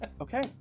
Okay